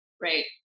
Right